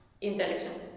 intelligent